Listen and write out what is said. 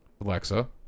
Alexa